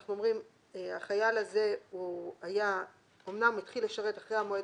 אנחנו אומרים: החייל הזה אומנם התחיל לשרת אחרי המועד